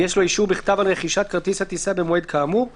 ויש לו אישור בכתב על רכישת כרטיס הטיסה במועד כאמור; (ב)